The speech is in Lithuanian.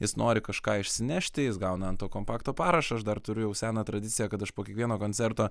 jis nori kažką išsinešti jis gauna ant to kompakto parašą aš dar turiu jau seną tradiciją kad aš po kiekvieno koncerto